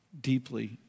deeply